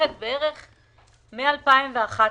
שמתמשכת משנת 2011,